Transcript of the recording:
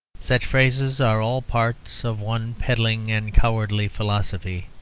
such phrases are all parts of one peddling and cowardly philosophy,